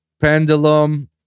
Pendulum